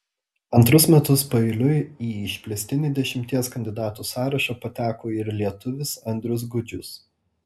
antrus metus paeiliui į išplėstinį dešimties kandidatų sąrašą pateko ir lietuvis andrius gudžius